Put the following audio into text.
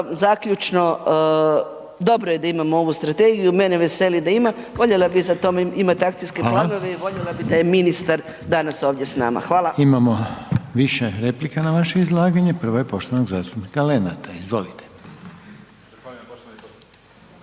zaključno dobro je da imamo ovu strategiju, mene veseli da ima, voljela bi za tome imat akcijske planove …/Upadica. Hvala./… i voljela bi da je ministar danas ovdje s nama. Hvala. **Reiner, Željko (HDZ)** Imamo više replika na vaše izlaganje. Prva je poštovanog zastupnika Lenarta, izvolite.